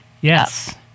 Yes